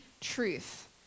truth